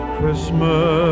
Christmas